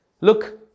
Look